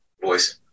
Voice